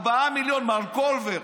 4 מיליון, מר קולבר.